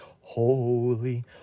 holy